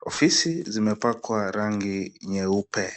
Ofisi zimepakwa rangi nyeupe.